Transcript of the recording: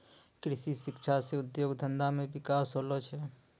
कृषि शिक्षा से उद्योग धंधा मे बिकास होलो छै